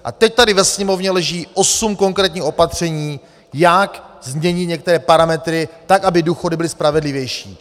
A teď tady ve Sněmovně leží osm konkrétních opatření, jak změnit některé parametry, tak aby důchody byly spravedlivější.